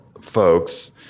folks